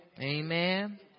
Amen